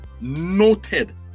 noted